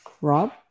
Rob